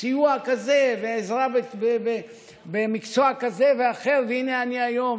סיוע כזה, ועזרה במקצוע כזה ואחר, והינה אני היום